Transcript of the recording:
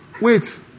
wait